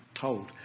told